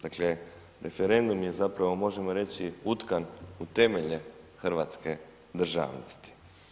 Dakle referendum je zapravo možemo reći, utkan u temelje hrvatske državnosti.